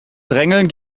drängeln